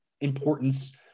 importance